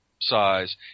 size